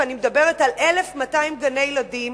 ואני מדברת על 1,200 גני-ילדים,